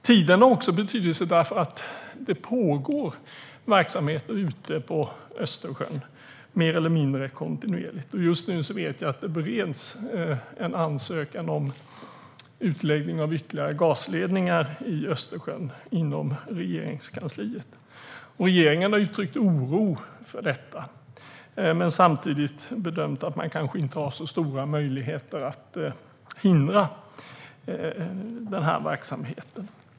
Tiden har också betydelse eftersom det pågår verksamheter ute på Östersjön mer eller mindre kontinuerligt. Jag vet att det just nu inom Regeringskansliet bereds en ansökan om utläggning av ytterligare gasledningar i Östersjön, och regeringen har uttryckt oro för detta. Samtidigt bedömer man att man kanske inte har så stora möjligheter att hindra denna verksamhet.